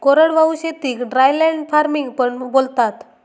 कोरडवाहू शेतीक dryland farming पण बोलतात